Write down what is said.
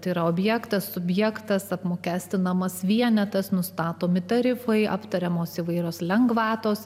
tėra objektas subjektas apmokestinamas vienetas nustatomi tarifai aptariamos įvairios lengvatos